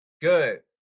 Good